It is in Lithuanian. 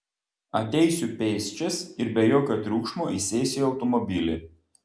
ateisiu pėsčias ir be jokio triukšmo įsėsiu į automobilį